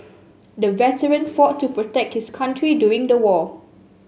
the veteran fought to protect his country during the war